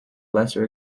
lesser